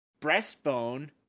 breastbone